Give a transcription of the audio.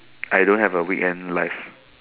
I don't have a weekend life